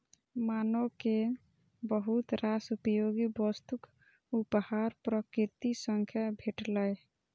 मानव कें बहुत रास उपयोगी वस्तुक उपहार प्रकृति सं भेटलैए